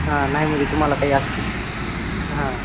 हां नाही म्हणजे तुम्हाला काही असतील हां